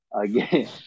again